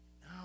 No